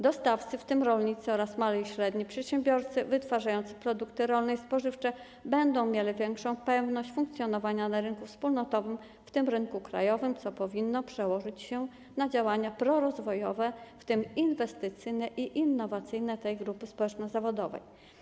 Dostawcy, w tym rolnicy, oraz mali i średni przedsiębiorcy wytwarzający produkty rolne i spożywcze będą mieli większą pewność funkcjonowania na rynku wspólnotowym, w tym rynku krajowym, co powinno przełożyć się na działania prorozwojowe, w tym inwestycyjne i innowacyjne tej grupy społeczno-zawodowej.